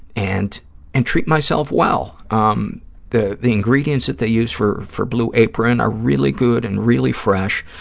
and and treat myself well. um the the ingredients that they use for for blue apron are really good and really fresh.